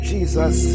Jesus